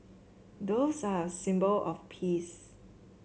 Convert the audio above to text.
doves are a symbol of peace